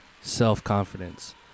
self-confidence